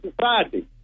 society